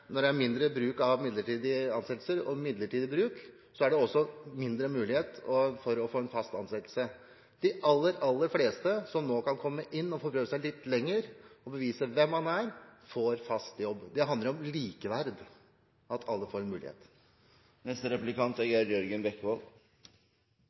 når det er mindre bruk av midlertidige ansettelser, er det også mindre mulighet for å få fast ansettelse. De aller, aller fleste som nå kan komme inn, få prøvd seg litt lenger og bevise hvem de er, får fast jobb. Det handler om likeverd, at alle får en mulighet. Kristelig Folkeparti er